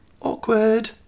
awkward